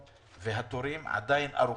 התורים עדיין ארוכים,